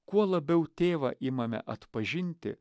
kuo labiau tėvą imame atpažinti